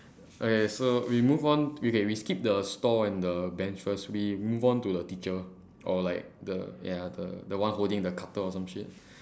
okay so we move on okay we skip the store and the bench first we move on to the teacher or like the ya the the one holding the cutter or some shit